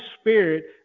Spirit